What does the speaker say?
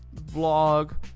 vlog